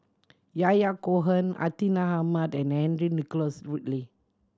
Yahya Cohen Hartinah Ahmad and Henry Nicholas Ridley